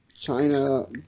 China